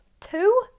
Two